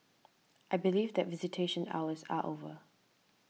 I believe that visitation hours are over